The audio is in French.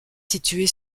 située